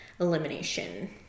elimination